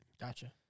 Gotcha